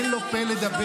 אין לו פה לדבר,